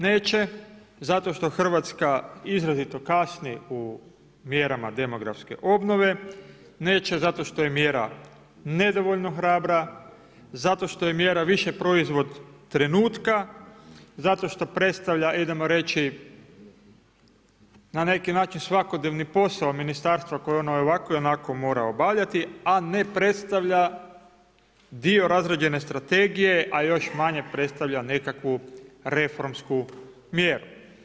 Neće zato što Hrvatska izrazito kasni u mjerama demografske obnove, neće zato što je mjera nedovoljno hrabra, zato što je mjera više proizvod trenutka, zato što predstavlja idemo reći na neki način svakodnevni posao ministarstva koje ono i ovako i onako mora obavljati a ne predstavlja dio razrađene strategije a još manje predstavlja nekakvu reformsku mjeru.